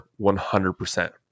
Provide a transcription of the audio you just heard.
100%